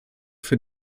für